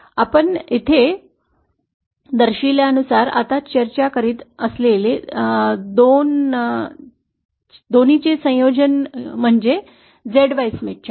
आपण येथे दर्शविल्यानुसार आता चर्चा करीत असलेल्या 2 चे संयोजन म्हणजे Z Y स्मिथ चार्ट